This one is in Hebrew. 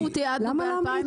אנחנו תיעדנו ב-2021,